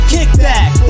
Kickback